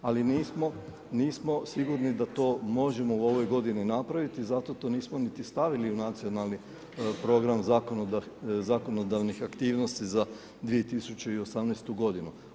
Ali nismo sigurni da to možemo u ovoj godini napraviti, zato to nismo niti stavili u nacionalni program zakonodavnih aktivnosti za 2018. godinu.